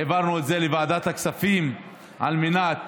העברנו את זה לוועדת הכספים על מנת